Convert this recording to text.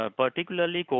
particularly